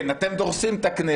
כן, אתם דורסים את הכנסת.